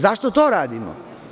Zašto to radimo?